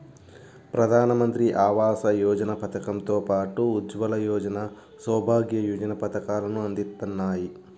ప్రధానమంత్రి ఆవాస యోజన పథకం తో పాటు ఉజ్వల యోజన, సౌభాగ్య యోజన పథకాలను అందిత్తన్నారు